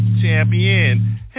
champion